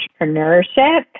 entrepreneurship